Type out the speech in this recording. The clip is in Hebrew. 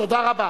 תודה רבה.